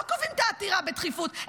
לא קובעים את העתירה בדחיפות.